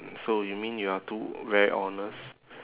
so you mean you are too very honest